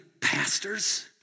pastors